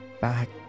Back